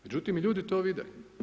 Međutim, i ljudi to vide.